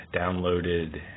downloaded